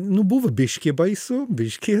nu buvo biškį baisu biškį